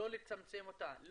לא לצמצם אותה,